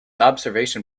observation